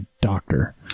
doctor